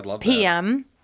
PM